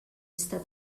está